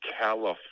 California